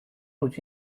入境